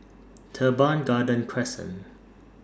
Teban Garden Crescent